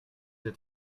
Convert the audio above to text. êtes